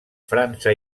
frança